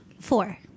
Four